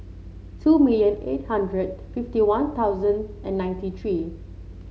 two million eight hundred fifty One Thousand and ninety three